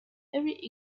every